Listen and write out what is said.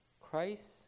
Christ